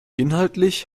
inhaltlich